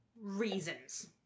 reasons